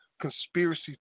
conspiracy